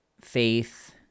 Faith